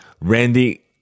Randy